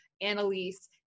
Annalise